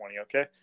Okay